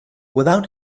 without